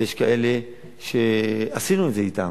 ויש כאלה שעשינו את זה אתם.